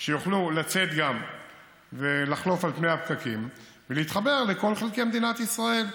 כדי שיוכלו גם לצאת ולחלוף על פני הפקקים ולהתחבר לכל חלקי מדינת ישראל.